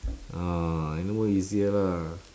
ah I know easier lah